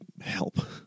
help